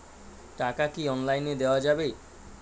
টাকা কি অনলাইনে দেওয়া যাবে?